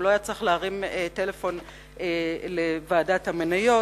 הוא לא היה צריך להרים טלפון לוועדת המניות